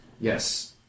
Yes